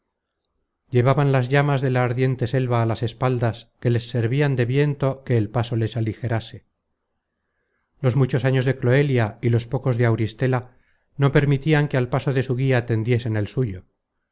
llevaban las llamas de la ardiente selva á las espaldas que les servian de viento que el paso les aligerase los muchos años de cloelia y los pocos de auristela no permitian que al paso de su guía tendiesen el suyo